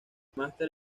máster